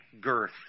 girth